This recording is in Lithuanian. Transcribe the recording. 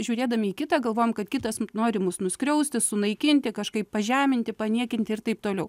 žiūrėdami į kitą galvojam kad kitas nori mus nuskriausti sunaikinti kažkaip pažeminti paniekinti ir taip toliau